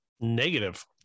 Negative